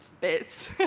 bits